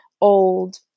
old